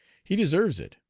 he deserves it.